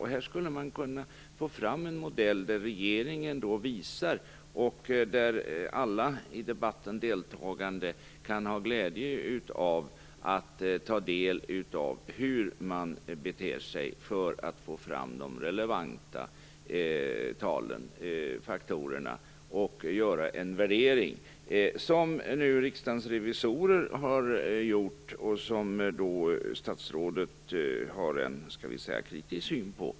Här skulle man kunna få fram en modell där regeringen visar, och där alla som deltar i debatten kan ha glädje av att ta del av, hur man beter sig för att få fram de relevanta faktorerna och för att göra en värdering som nu Riksdagens revisorer har gjort och som statsrådet har en kritisk syn på.